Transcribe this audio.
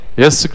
Yes